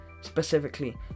specifically